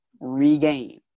regain